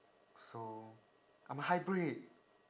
so I'm a hybrid